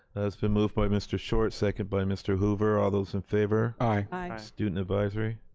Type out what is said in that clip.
it's been moved by mr. short, second by mr. hoover. all those in favor. aye. student advisory.